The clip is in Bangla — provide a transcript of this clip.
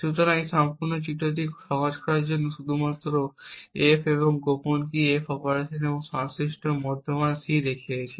সুতরাং এই সম্পূর্ণ চিত্রটিকে সহজ করার জন্য আমরা শুধু ইনপুট F এবং গোপন কী এবং F অপারেশন এবং সংশ্লিষ্ট মধ্যবর্তী মান C দেখিয়েছি